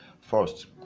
first